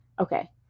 Okay